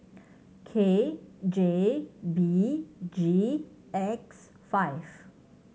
K J B G X five